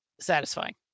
Satisfying